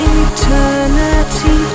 eternity